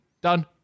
done